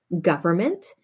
government